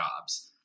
jobs